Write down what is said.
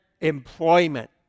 employment